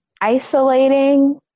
isolating